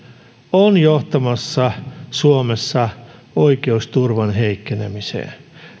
on johtamassa suomessa oikeusturvan heikkenemiseen